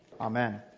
Amen